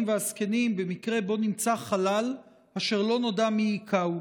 והזקנים במקרה שבו נמצא חלל אשר לא נודע מי הכהו.